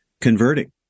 converting